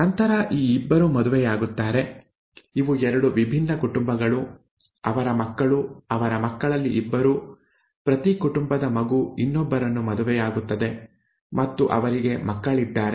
ನಂತರ ಈ ಇಬ್ಬರು ಮದುವೆಯಾಗುತ್ತಾರೆ ಇವು ಎರಡು ವಿಭಿನ್ನ ಕುಟುಂಬಗಳು ಅವರ ಮಕ್ಕಳು ಅವರ ಮಕ್ಕಳಲ್ಲಿ ಇಬ್ಬರು ಪ್ರತಿ ಕುಟುಂಬದ ಮಗು ಇನ್ನೊಬ್ಬರನ್ನು ಮದುವೆಯಾಗುತ್ತದೆ ಮತ್ತು ಅವರಿಗೆ ಮಕ್ಕಳಿದ್ದಾರೆ